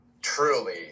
truly